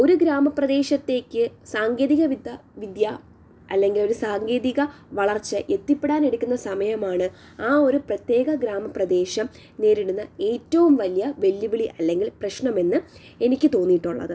ഒരു ഗ്രാമപ്രദേശത്തേക്ക് സാങ്കേതികവിദ വിദ്യ അല്ലെങ്കിൽ ഒരു സാങ്കേതിക വളർച്ച എത്തിപ്പെടാൻ എടുക്കുന്ന സമയമാണ് ആ ഒരു പ്രത്യേക ഗ്രാമപ്രദേശം നേരിടുന്ന ഏറ്റവും വലിയ വെല്ലുവിളി അല്ലെങ്കിൽ പ്രശ്നമെന്ന് എനിക്ക് തോന്നിയിട്ടുള്ളത്